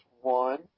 one